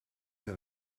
than